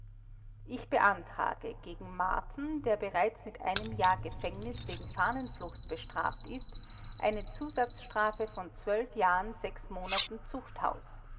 ich beantrage gegen marten der bereits mit einem jahr gefängnis wegen fahnenflucht bestraft ist eine zusatzstrafe von jahren monaten zuchthaus